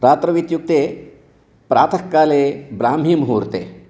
रात्रौ इत्युक्ते प्रातःकाले ब्राह्मी मुहूर्ते